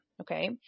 Okay